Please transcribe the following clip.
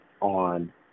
on